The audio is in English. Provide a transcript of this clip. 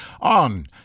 on